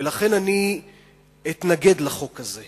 ולכן אני אתנגד לחוק הזה.